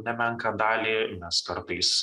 nemenką dalį mes kartais